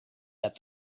that